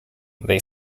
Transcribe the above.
they